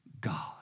God